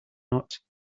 not